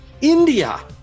India